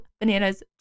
bananas